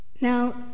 Now